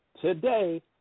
Today